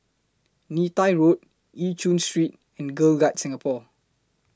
Neythai Road EU Chin Street and Girl Guides Singapore